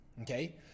Okay